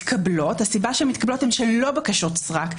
הן מתקבלות כי הן לא בקשות סרק.